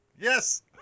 Yes